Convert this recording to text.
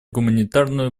гуманитарную